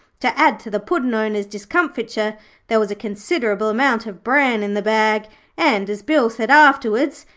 to add to the puddin'-owners' discomfiture there was a considerable amount of bran in the bag and, as bill said afterwards,